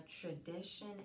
tradition